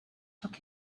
took